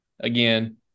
Again